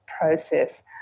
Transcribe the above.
process